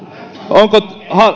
onko